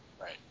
right